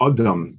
Adam